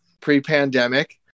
pre-pandemic